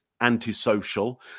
antisocial